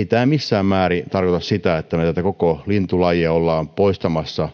ei tämä missään määrin tarkoita sitä että tätä koko lintulajia ollaan poistamassa